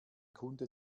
kunde